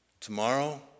tomorrow